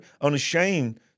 unashamed